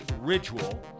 Ritual